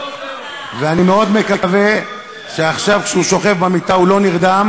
ואני מאוד מקווה שעכשיו כשהוא שוכב במיטה הוא לא נרדם